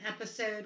episode